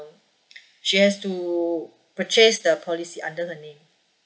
she has to purchase the policy under her name